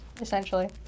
essentially